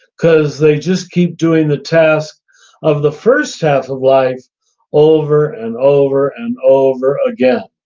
because they just keep doing the task of the first half of life over and over and over again.